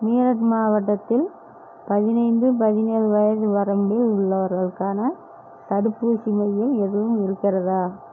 மீரட் மாவட்டத்தில் பதினைந்து பதினேழு வயது வரம்பில் உள்ளவர்களுக்கான தடுப்பூசி மையம் எதுவும் இருக்கிறதா